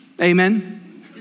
Amen